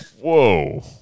Whoa